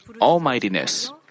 almightiness